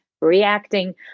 reacting